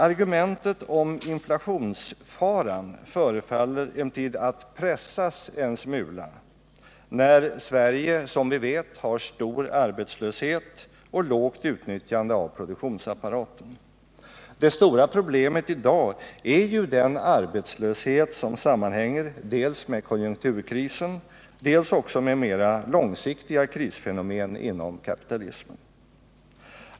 Argumentet om inflationsfaran förefaller emellertid att pressas en smula när Sverige, som vi vet, har stor arbetslöshet och lågt utnyttjande av produktionsapparaten. Det stora problemet i dag är ju den arbetslöshet som sammanhänger dels med konjunkturkrisen, dels med mera långsiktiga krisfenomen inom kapitalismen.